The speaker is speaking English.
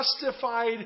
justified